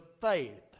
faith